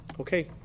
Okay